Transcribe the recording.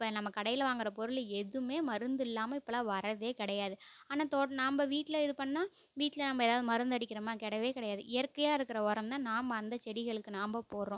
இப்போ நம்ம கடையில் வாங்கிற பொருள் எதுவுமே மருந்து இல்லாமல் இப்பெல்லாம் வரதே கிடையாது ஆனால் தோட்ட நாம் வீட்டில் இது பண்ணால் வீட்டில் நம்ம எதாவது மருந்து அடிக்கிறோமா கிடையவே கிடையாது இயற்கையாக இருக்கிற உரம் தான் நாம் அந்த செடிகளுக்கு நாம் போடுறோம்